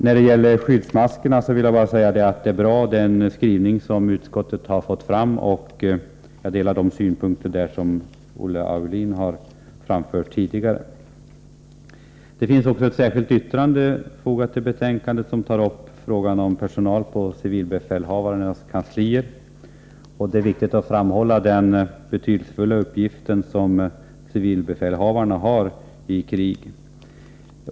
När det gäller skyddsmaskerna vill jag bara säga att utskottets skrivning på den punkten är bra. Jag delar de synpunkter som Olle Aulin här tidigare framförde. Det finns ett särskilt yttrande fogat till betänkandet som tar upp frågan om personal på civilbefälhavarkanslierna. Det är viktigt att framhålla den betydelsefulla uppgift som civilbefälhavarna har i krig.